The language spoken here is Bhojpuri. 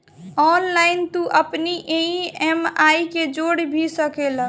ऑनलाइन तू अपनी इ.एम.आई के जोड़ भी सकेला